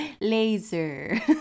Laser